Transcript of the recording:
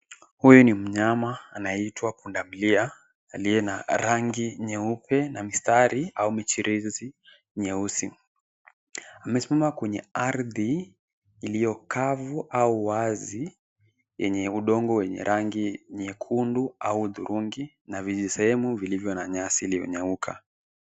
Huyu ni mnyama anayeitwa punda milia ,Aliye na rangi nyeupe na mistari ,au michirizi nyeusi. Amesimama kwenye ardhi iliyo kavu, au wazi, yenye udongo wenye rangi nyekundu au hudhurungi, na vijisehemu vilivyo na nyasi iliyonyauka.